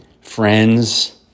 friends